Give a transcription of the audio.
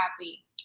happy